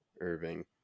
Irving